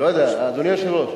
אדוני היושב-ראש,